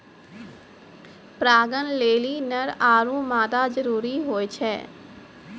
परागण लेलि नर आरु मादा जरूरी होय छै